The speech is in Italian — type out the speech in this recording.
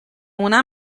una